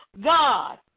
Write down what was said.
God